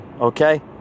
okay